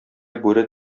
бүре